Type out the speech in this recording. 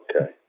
Okay